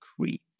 creep